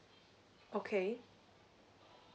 okay